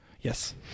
Yes